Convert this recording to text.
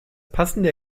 passende